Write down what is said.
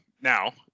now